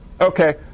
Okay